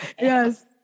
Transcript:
Yes